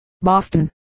Boston